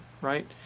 right